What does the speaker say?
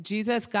Jesus